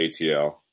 ATL